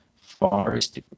Forest